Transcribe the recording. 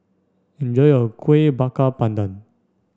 enjoy your Kueh Bakar Pandan